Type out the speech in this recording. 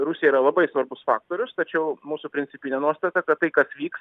rusija yra labai svarbus faktorius tačiau mūsų principinė nuostata kad tai kas vyks